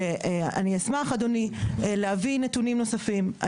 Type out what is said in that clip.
ואני אשמח להביא נתונים נוספים,